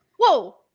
Whoa